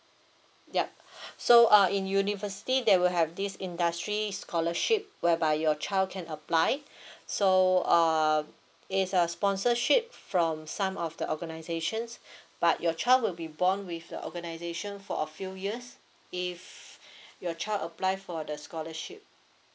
yup so uh in university there will have this industry scholarship whereby your child can apply so err it's a sponsorship from some of the organizations but your child will be bond with the organization for a few years if your child apply for the scholarship